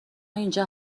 اینجا